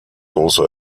also